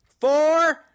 four